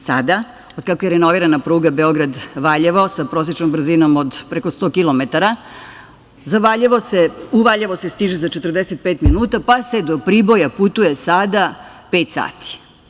Sada, od kako je renovirana pruga Beograd – Valjevo sa prosečnom brzinom od preko 100 kilometara, u Valjevo se stiže za 45 minuta, pa se do Priboja putuje sada pet sati.